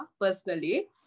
personally